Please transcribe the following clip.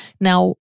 Now